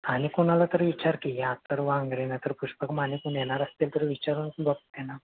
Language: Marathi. आणि कुणाला तरी विचार की आख्तर वांगरे नाही तर पुष्पक माने कोण येणार असतील तर विचारून बघ त्यांना